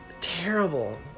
terrible